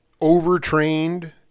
Overtrained